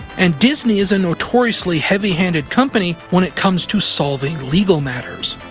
and disney is a notoriously heavy handed company when it comes to solving legal matters.